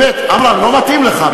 באמת, עמרם, לא מתאים לך.